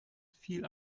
viel